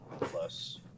plus